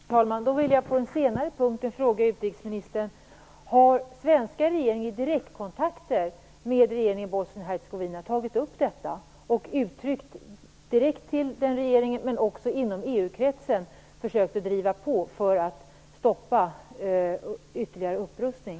Herr talman! Då vill jag med anledning av den senare punkten fråga utrikesministern: Har den svenska regeringen i direktkontakter med regeringen i Bosnien-Hercegovina tagit upp detta och direkt hos den regeringen men också inom EU-kretsen försökt driva på för att stoppa ytterligare upprustning?